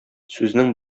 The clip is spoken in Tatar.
сүзнең